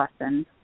lesson